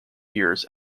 years